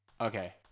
okay